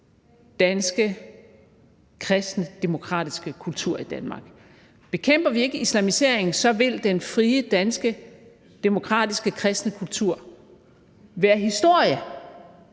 danske, kristne, demokratiske kultur i Danmark. Bekæmper vi ikke islamiseringen, vil den frie, danske, demokratiske, kristne kultur være historie